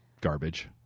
garbage